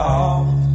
off